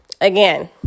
again